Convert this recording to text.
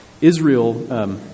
Israel